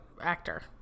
actor